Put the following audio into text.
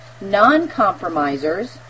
Non-compromisers